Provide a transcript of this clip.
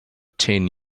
ten